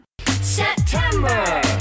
September